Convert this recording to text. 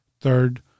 third